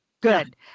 Good